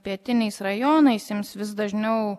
pietiniais rajonais ims vis dažniau